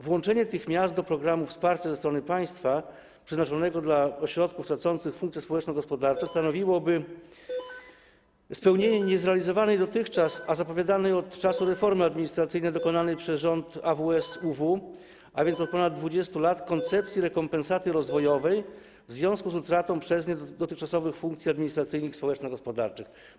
Włączenie tych miast do programu wsparcia ze strony państwa, przeznaczonego dla ośrodków tracących funkcje społeczno-gospodarcze, stanowiłoby spełnienie niezrealizowanej dotychczas, a zapowiadanej od czasu reformy administracyjnej dokonanej przez rząd AWS-UW, a więc od ponad 20 lat, koncepcji rekompensaty rozwojowej w związku z utratą przez nie dotychczasowych funkcji administracyjnych i społeczno-gospodarczych.